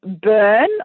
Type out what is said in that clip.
burn